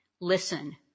listen